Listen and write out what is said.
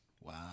Wow